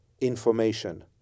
information